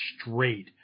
straight